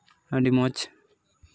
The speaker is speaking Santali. ᱟᱹᱰᱤ ᱢᱚᱡᱽ